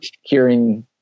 hearing